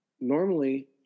normally